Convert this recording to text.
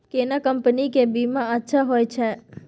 केना कंपनी के बीमा अच्छा होय छै?